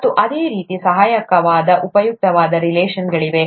ಮತ್ತು ಅದೇ ರೀತಿ ಸಹಾಯಕವಾದ ಉಪಯುಕ್ತವಾದ ರಿಲೇಶನ್ ಗಳಿವೆ